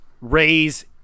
raise